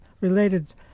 related